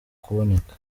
kuboneka